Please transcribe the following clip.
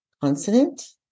Consonant